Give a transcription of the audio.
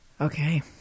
Okay